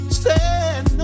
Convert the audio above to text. stand